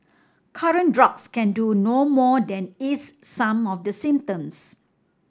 current drugs can do no more than ease some of the symptoms